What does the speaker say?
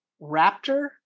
Raptor